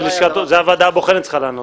זה הוועדה הבוחנת צריכה לענות.